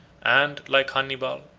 and, like hannibal,